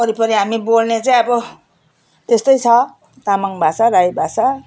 वरिपरि हामी बोल्ने चाहिँ अब त्यस्तै छ तामाङ भाषा राई भाषा